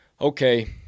Okay